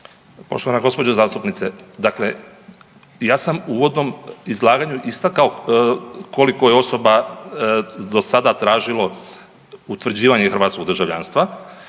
Poštovana gospođo zastupnice, dakle ja sam u uvodnom izlaganju istakao koliko je osoba do sada tražilo utvrđivanje hrvatskog državljanstva,